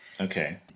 Okay